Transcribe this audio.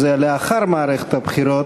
לאחר מערכת הבחירות,